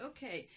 Okay